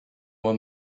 moi